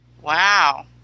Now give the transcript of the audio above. Wow